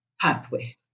pathway